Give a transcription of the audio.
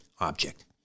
object